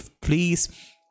please